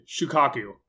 shukaku